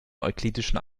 euklidischen